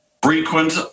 Frequent